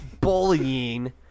Bullying